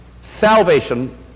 salvation